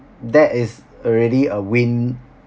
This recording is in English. that is already a win